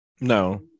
No